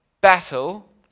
battle